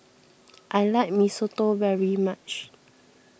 I like Mee Soto very much